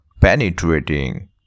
penetrating